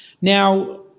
Now